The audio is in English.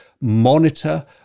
monitor